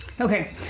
Okay